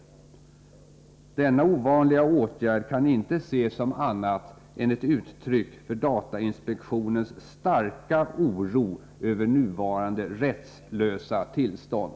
Denna 5 april 1984 ovanliga åtgärd kan inte ses som annat än ett uttryck för datainspektionens starka oro över nuvarande rättslösa tillstånd.